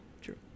true